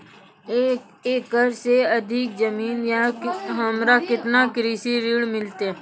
एक एकरऽ से अधिक जमीन या हमरा केतना कृषि ऋण मिलते?